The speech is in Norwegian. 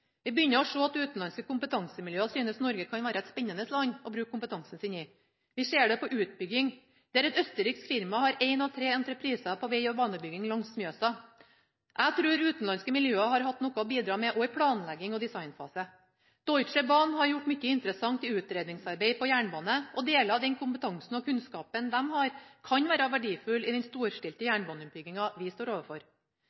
Vi begynner å se at utenlandske kompetansemiljøer synes Norge kan være et spennende land å bruke sin kompetanse i. Vi ser det på utbygging, der et østerriksk firma har en av tre entrepriser på vei- og banebygging langs Mjøsa. Jeg tror utenlandske miljøer hadde hatt noe å bidra med også i planleggings- og designfasen. Deutsche Bahn har gjort mye utredningsarbeid på jernbane, og deler av den kompetansen og kunnskapen de har, kan være verdifull i den storstilte